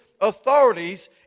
authorities